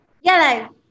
Yellow